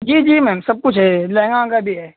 जी जी मेम सब कुछ है लहंगा वहंगा भी है